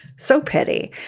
so petty.